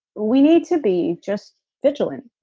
we need to be just vigilant,